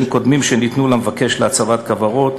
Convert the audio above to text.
ובהם היתרים קודמים שניתנו למבקש להצבת כוורות